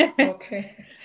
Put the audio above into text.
Okay